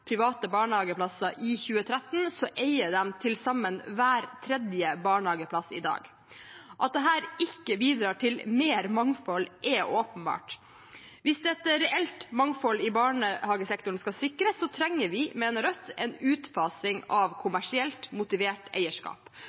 private barnehageplasser i 2013, eier de til sammen hver tredje barnehageplass i dag. At dette ikke bidrar til mer mangfold, er åpenbart. Hvis et reelt mangfold i barnehagesektoren skal sikres, trenger vi, mener Rødt, en utfasing av kommersielt motivert eierskap.